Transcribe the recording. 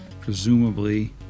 presumably